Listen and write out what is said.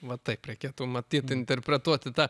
va taip rakėtų matyt interpretuoti tą